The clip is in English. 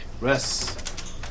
Rest